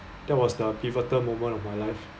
that was the pivotal moment of my life